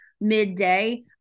midday